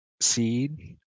seed